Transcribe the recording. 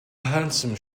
handsome